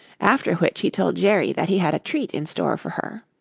after which he told jerry that he had a treat in store for her.